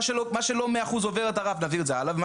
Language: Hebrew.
מה שלא מאה אחוז עובר את הרף נעביר את זה הלאה ומה